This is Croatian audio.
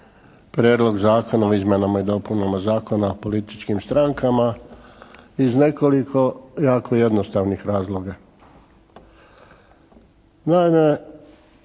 Prijedlog zakona o izmjenama i dopunama Zakona o političkim strankama iz nekoliko jako jednostavnih razloga.